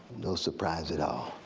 no surprise at all.